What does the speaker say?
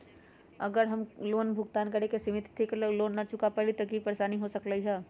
अगर हम लोन भुगतान करे के सिमित तिथि तक लोन न चुका पईली त की की परेशानी हो सकलई ह?